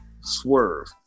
Swerve